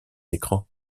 écrans